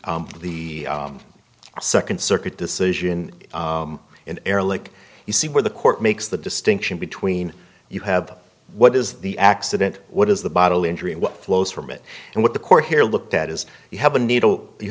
the second circuit decision in erlick you see where the court makes the distinction between you have what is the accident what is the bodily injury and what flows from it and what the court here looked at is you have a needle you